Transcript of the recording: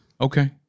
Okay